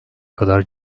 kadar